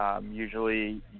Usually